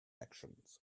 actions